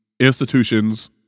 Institutions